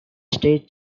state